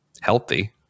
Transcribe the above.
healthy